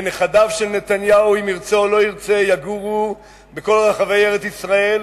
ונכדיו של נתניהו אם ירצה או לא ירצה יגורו בכל רחבי ארץ-ישראל,